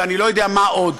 ואני לא יודע מה עוד,